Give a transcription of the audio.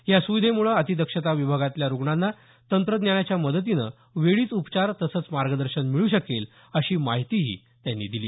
या सुविधेमुळे अतिदक्षता विभागातल्या रुग्णांना तंत्रज्ञानाच्या मदतीनं वेळीच उपचार तसंच मार्गदर्शन मिळू शकेल अशी माहितीही त्यांनी दिली